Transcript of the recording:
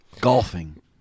Golfing